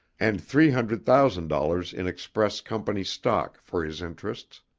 and three hundred thousand dollars in express company stock for his interests.